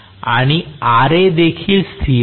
आणि Ra देखील स्थिर आहे